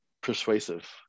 persuasive